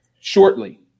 shortly